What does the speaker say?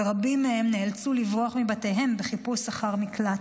ורבים מהם נאלצו לברוח מבתיהם בחיפוש אחר מקלט.